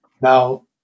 now